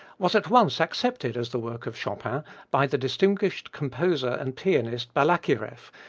was at once accepted as the work of chopin by the distinguished composer and pianist balakireff,